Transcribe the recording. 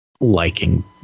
liking